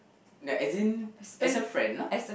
like as in as a friend lah